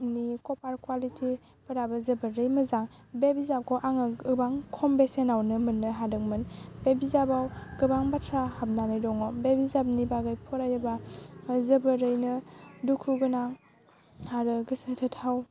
नि कभार क्वालिटिफोराबो जोबोरै मोजां बे बिजाबखौ आङो गोबां खम बेसेनावनो मोन्नो हादोंमोन बे बिजाबाव गोबां बाथ्रा हाबनानै दङ बे बिजाबनि बागै फरायोबा जोबोरैनो दुखु गोनां आरो गोसो जाथाव